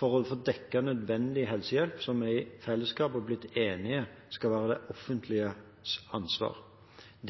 for å få dekket nødvendig helsehjelp, som vi i fellesskap har blitt enige om skal være det offentliges ansvar.